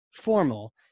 formal